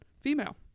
female